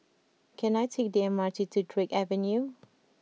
can I take the M R T to Drake Avenue